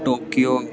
Tokyo